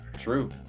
True